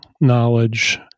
knowledge